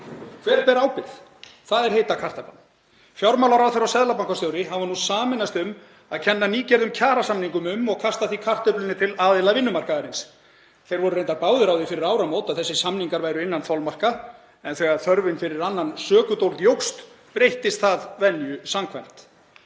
Hver ber ábyrgð? Það er heita kartaflan. Fjármálaráðherra og seðlabankastjóri hafa nú sameinast um að kenna nýgerðum kjarasamningum um og kasta því kartöflunni til aðila vinnumarkaðarins. Þeir voru reyndar báðir á því fyrir áramót að þessir samningar væru innan þolmarka en þegar þörfin fyrir annan sökudólg jókst breyttist það venju samkvæmt.